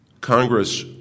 Congress